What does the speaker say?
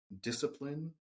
discipline